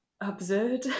absurd